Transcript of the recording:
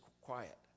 quiet